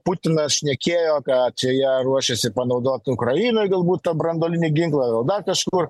putinas šnekėjo ką čia jie ruošiasi panaudot ukrainoj galbūt tą branduolinį ginklą gal dar kažkur